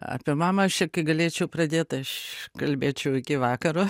apie mamą aš čia kai galėčiau pradėt tai aš kalbėčiau iki vakaro